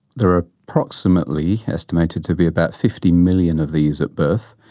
there are approximately estimated to be about fifty million of these at birth,